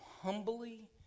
humbly